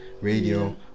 Radio